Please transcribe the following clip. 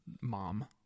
mom